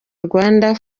rwanda